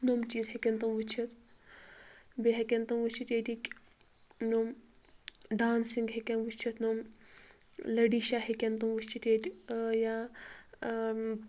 نۄم چیٖز ہیٚکن تِم وُچھتھ بیٚیہِ ہِیٚکن تِم وُچھتھ یتیکۍ نۄم ڈانسِگ ہیٚکن وُچھتھ نۄم لٔڑیٖشا ہیٚکن تِم وُچھتھ ییِٚتہِ یا